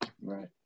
Right